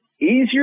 easier